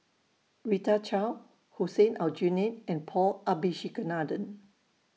Rita Chao Hussein Aljunied and Paul Abisheganaden